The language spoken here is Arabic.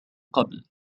قبل